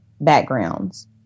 backgrounds